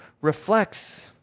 reflects